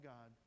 God